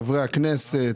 חברי הכנסת,